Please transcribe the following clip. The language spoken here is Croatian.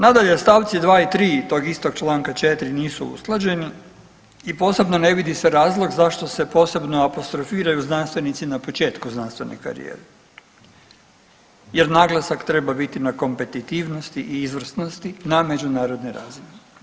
Nadalje u stavci dva i tri tog istog članka 4. nisu usklađeni i posebno ne vidi se razlog zašto se posebno apostrofiraju znanstvenici na početku znanstvene karijere, jer naglasak treba biti na kompetitivnosti i izvrsnosti na međunarodnoj razini.